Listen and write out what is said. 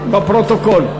בפרוטוקול.